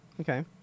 Okay